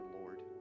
Lord